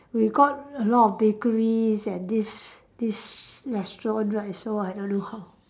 we got a lot of bakeries and these these restaurant right so I don't know how